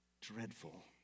dreadful